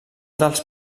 dels